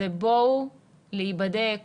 זה בואו להיבדק,